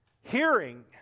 hearing